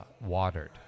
watered